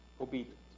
obedient